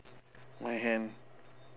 my hand